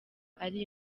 ari